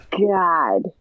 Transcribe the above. god